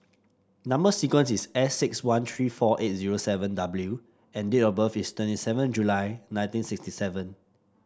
number sequence is S six one three four eight zero seven W and date of birth is twenty seven July nineteen sixty seven